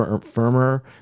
Firmer